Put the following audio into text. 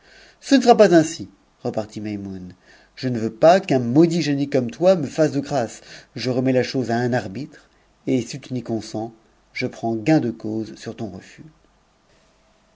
le souhaitez sera pas ainsi repartit maimouue je ne veux pas qu'un maudit np comme toi me fasse de grâce je remets a chose à un arbitre et si il n'y consens je prends gain de cause sur ton refus